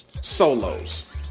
Solos